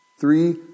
three